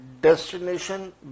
destination